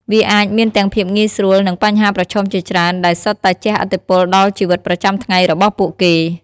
វាអាចមានទាំងភាពងាយស្រួល និងបញ្ហាប្រឈមជាច្រើន ដែលសុទ្ធតែជះឥទ្ធិពលដល់ជីវិតប្រចាំថ្ងៃរបស់ពួកគេ ។